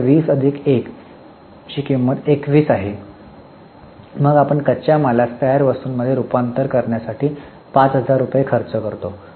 तर आता २० अधिक १ ची किंमत २१ आहे मग आपण कच्च्या मालास तयार वस्तूंमध्ये रुपांतर करण्यासाठी 5000 रुपये खर्च करतो